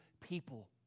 people